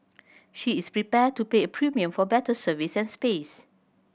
she is prepared to pay a premium for better service and space